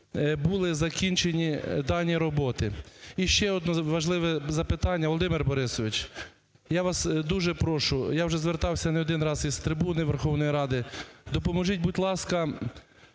були закінчені дані роботи. І ще одне важливе запитання. Володимир Борисович, я вас дуже прошу, я вже звертався не один раз із трибуни Верховної Ради, допоможіть, будь ласка,